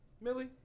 Millie